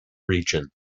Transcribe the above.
region